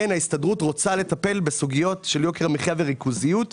ההסתדרות רוצה לטפל בסוגיות של יוקר מחיה וריכוזיות,